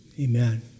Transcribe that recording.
amen